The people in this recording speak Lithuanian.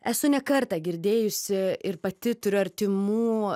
esu ne kartą girdėjusi ir pati turiu artimų